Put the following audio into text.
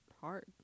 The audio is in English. hard